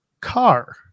car